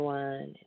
one